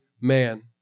man